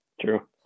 True